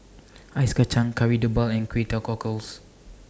Ice Kacang Kari Debal and Kway Teow Cockles